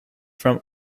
from